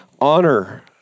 honor